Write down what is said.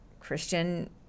Christian